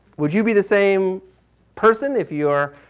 would you be the same person if your,